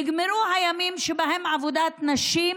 נגמרו הימים שבהם עבודת נשים